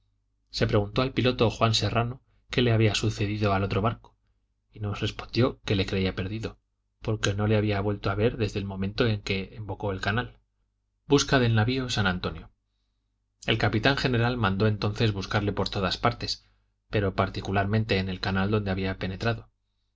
se preguntó al piloto juan serrano qué le había sucedido al otro barco y nos respondió que le creía perdido porque no le había vuelto a ver desde el momento en que embocó el canal busca del navio san antonio el capitán general mandó entonces buscarle por todas partes pero particularmente en el canal donde había penetrado